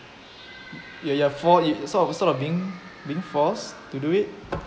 ya you're for~ you sort of sort of being being forced to do it